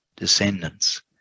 descendants